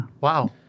Wow